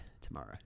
tomorrow